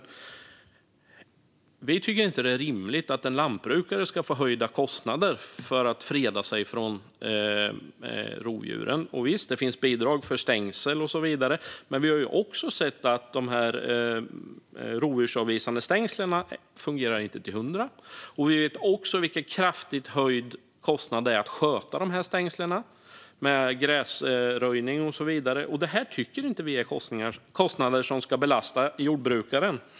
Vi moderater tycker inte att det är rimligt att en lantbrukare ska få höjda kostnader för att freda sig mot rovdjuren. Det finns visserligen bidrag för stängsel och så vidare, men man har samtidigt sett att de rovdjursavvisande stängslen inte fungerar till hundra procent. Man vet också vilken kraftigt höjd kostnad det innebär att sköta dessa stängsel, till exempel genom gräsröjning. Dessa kostnader tycker inte vi ska belasta jordbrukaren.